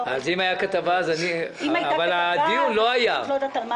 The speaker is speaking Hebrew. אבל הדיון לא היה.